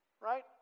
right